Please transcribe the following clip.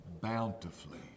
bountifully